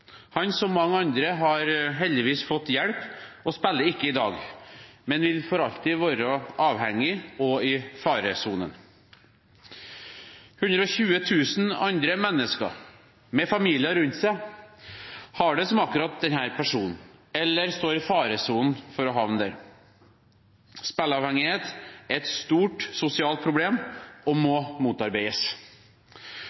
Han, som mange andre, har heldigvis fått hjelp og spiller ikke i dag, men vil for alltid være avhengig og i faresonen. 120 000 andre mennesker med familier rundt seg har det som akkurat denne personen, eller står i fare for å havne slik. Spilleavhengighet er et stort sosialt problem og må